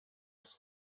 its